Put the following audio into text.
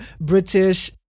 British